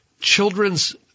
children's